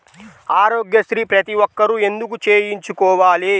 ఆరోగ్యశ్రీ ప్రతి ఒక్కరూ ఎందుకు చేయించుకోవాలి?